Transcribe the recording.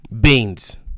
Beans